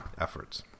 efforts